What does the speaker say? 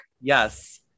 Yes